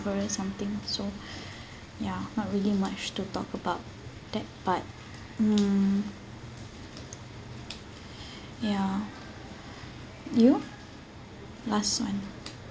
over something so ya not really much to talk about that but mm ya you last one